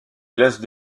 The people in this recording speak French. glace